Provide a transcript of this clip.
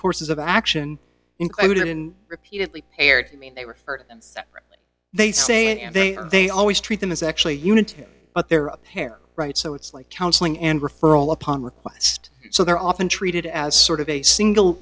courses of action included in repeatedly paired they were they say and they are they always treat them as actually unit but their hair right so it's like counseling and referral upon request so they're often treated as sort of a single